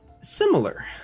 similar